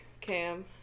Cam